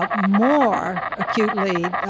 ah more acutely,